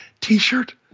t-shirt